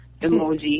emoji